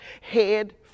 head